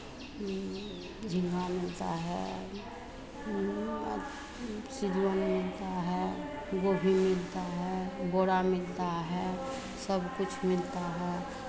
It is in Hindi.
झींगा मिलता है सिजवन मिलता है गोभी मिलता है बोरा मिलता है सबकुछ मिलता है